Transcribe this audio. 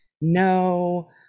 no